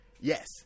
Yes